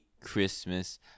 Christmas